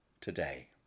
today